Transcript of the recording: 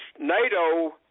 NATO